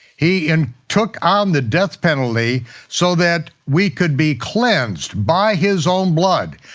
he and took on the death penalty so that we could be cleansed by his own blood,